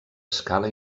escala